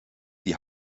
die